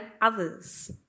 others